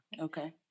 Okay